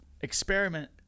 experiment